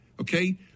Okay